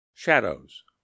Shadows